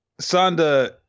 Sanda